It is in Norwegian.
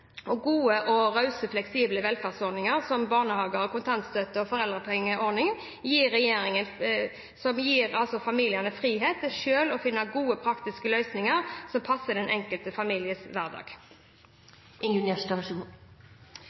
Gode, rause og fleksible velferdsordninger som barnehager, kontantstøtte og foreldrepengeordningen gir familiene frihet til selv å finne gode, praktiske løsninger som passer med den enkelte families hverdag.